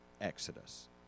exodus